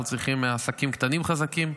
אנחנו צריכים עסקים קטנים חזקים,